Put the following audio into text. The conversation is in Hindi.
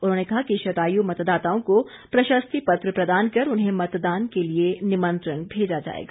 उन्होंने कहा कि शतायु मतदाताओं को प्रशस्ति पत्र प्रदान कर उन्हें मतदान के लिए निमंत्रण भेजा जाएगा